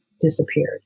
disappeared